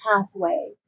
pathway